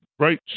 Right